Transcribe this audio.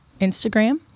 Instagram